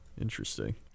Interesting